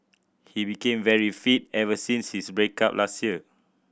he became very fit ever since his break up last year